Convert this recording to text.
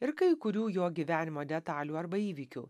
ir kai kurių jo gyvenimo detalių arba įvykių